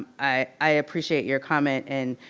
i appreciate your comment in,